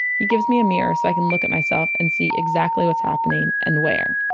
he gives me a mirror so i can look at myself and see exactly what's happening and where.